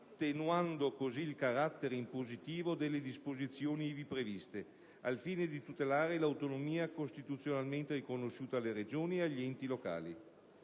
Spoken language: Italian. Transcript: attenuando così il carattere impositivo delle disposizioni ivi previste, al fine di tutelare l'autonomia costituzionalmente riconosciuta alle Regioni e agli enti locali;